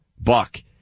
Buck